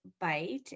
bite